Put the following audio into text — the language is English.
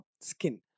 skin